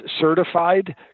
certified